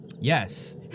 Yes